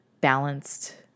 balanced